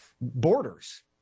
borders